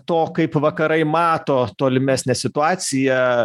to kaip vakarai mato tolimesnę situaciją